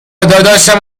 داداشم